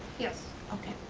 yes. okay.